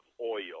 oil